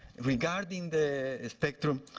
regarding the spectrum,